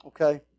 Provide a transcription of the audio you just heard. Okay